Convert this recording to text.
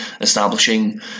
establishing